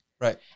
Right